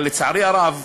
אבל, לצערי הרב,